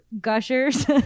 Gushers